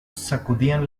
sacudían